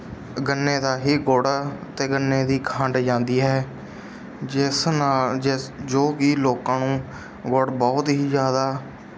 ਗੰਨੇ ਦਾ ਹੀ ਗੁੜ ਅਤੇ ਗੰਨੇ ਦੀ ਖੰਡ ਜਾਂਦੀ ਹੈ ਜਿਸ ਨਾਲ ਜਿਸ ਜੋ ਕਿ ਲੋਕਾਂ ਨੂੰ ਗੁੜ ਬਹੁਤ ਹੀ ਜ਼ਿਆਦਾ